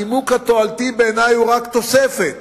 בעיני הנימוק התועלתי הוא רק תוספת,